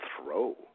throw